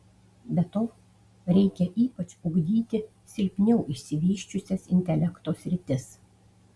be to reikia ypač ugdyti silpniau išsivysčiusias intelekto sritis